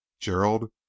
Gerald